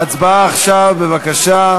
ההצבעה עכשיו, בבקשה.